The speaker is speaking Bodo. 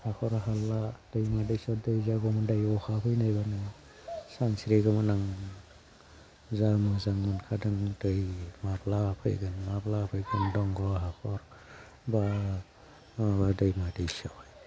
हाखर हाला दैमा दैसा दै जागौमोन दायो अखा फैनायबोला सानस्रिगौमोन आं जा मोजां मोनखादों दै माब्ला फैगोन माब्ला फैगोन दंग' आंहा बा दैमा दैसायावहाय